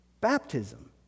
baptism